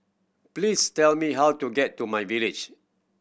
please tell me how to get to myVillage